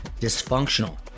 dysfunctional